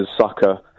sucker